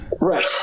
Right